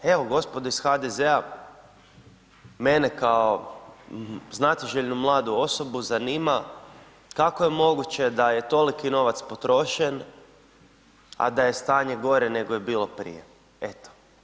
Evo gospodo iz HDZ-a, mene kao znatiželjnu mladu osobu zanima kako je moguće da je toliki novac potrošen, a da je stanje gore nego je bilo prije, eto.